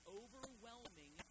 overwhelming